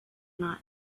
not